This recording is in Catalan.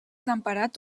temperat